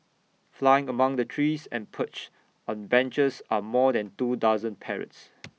flying among the trees and perched on benches are more than two dozen parrots